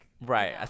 right